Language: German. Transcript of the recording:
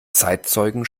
zeitzeugen